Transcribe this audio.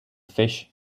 fish